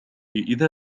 إذا